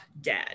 dead